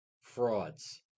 frauds